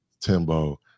Timbo